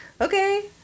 Okay